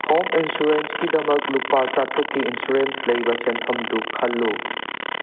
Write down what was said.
home ꯑꯦꯟꯁꯨꯔꯦꯟꯁꯀꯤꯗꯃꯛ ꯂꯨꯄꯥ ꯆꯥꯇꯔꯨꯛꯀꯤ ꯏꯟꯁꯨꯔꯦꯟꯁ ꯂꯩꯕ ꯁꯦꯟꯐꯝꯗꯨ ꯈꯜꯂꯨ